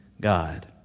God